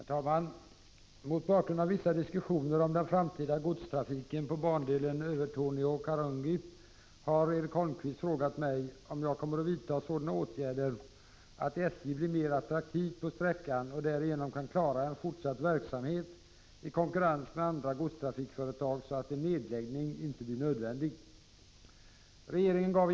Herr talman! Mot bakgrund av vissa diskussioner om den framtida godstrafiken på bandelen Övertorneå-Karungi har Erik Holmkvist frågat mig om jag kommer att vidta sådana åtgärder att SJ blir mer attraktivt på sträckan och därigenom kan klara en fortsatt verksamhet i konkurrens med andra godstrafikföretag så att en nedläggning inte blir nödvändig.